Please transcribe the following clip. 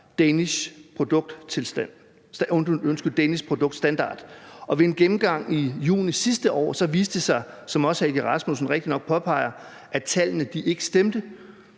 »DANISH Produktstandard«, og ved en gennemgang i juni sidste år viste det sig, som også hr. Søren Egge Rasmussen rigtigt nok påpeger, at tallene ikke stemte.